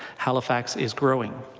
halifax is growing.